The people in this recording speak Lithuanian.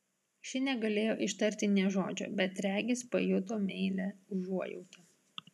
ši negalėjo ištarti nė žodžio bet regis pajuto meilią užuojautą